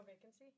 vacancy